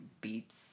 beats